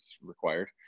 required